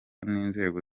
n’inzego